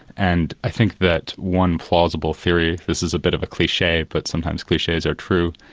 and i think that one plausible theory, this is a bit of a cliche, but sometimes cliches are true,